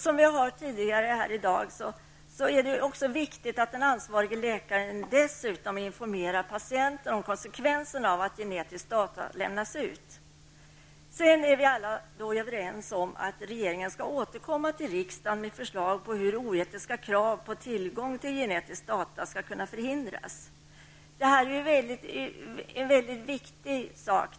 Som vi har hört tidigare i dag är det viktigt att den ansvarige läkaren dessutom informerar patienten om konsekvenserna av att genetiska data lämnas ut. Vi är alla överens om att regeringen skall återkomma till riksdagen med förslag om hur oetiska krav på tillgång till genetiska data skall förhindras. Detta är en mycket viktig sak.